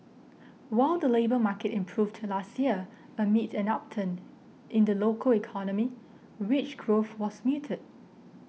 while the labour market improved last year amid an upturn in the local economy wage growth was muted